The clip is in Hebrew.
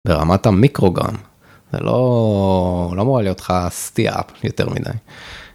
ברמת המיקרוגרם. זה לא... לא אמורה להיות לך סטייה... יותר מדי.